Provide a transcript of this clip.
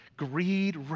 Greed